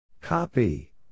Copy